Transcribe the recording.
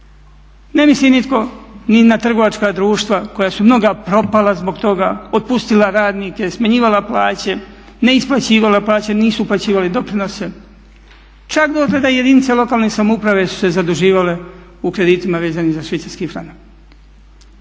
Ne misli nitko ni na trgovačka društva koja su mnoga propala zbog toga, otpustila radnike, smanjivala plaće, ne isplaćivala plaće, nisu uplaćivali doprinose. Čak …/Govornik se ne razumije./… jedinice lokalne samouprave su se zaduživale u kreditima za švicarski franak.